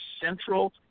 central